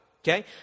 Okay